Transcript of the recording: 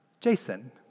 Jason